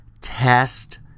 Test